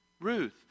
Ruth